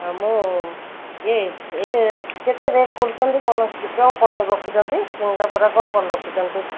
ହଁ ମୁଁ ଇଏ ଏଇଟା କେତେ ରେଟ୍ କହୁଛନ୍ତି କ'ଣ କ'ଣ ରଖିଛନ୍ତି ସିଙ୍ଗଡ଼ା ବରା କ'ଣ କ'ଣ ରଖିଛନ୍ତି